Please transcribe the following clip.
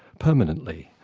permanently.